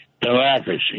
democracy